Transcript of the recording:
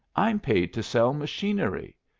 i'm paid to sell machinery.